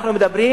אנחנו מדברים,